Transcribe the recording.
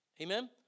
Amen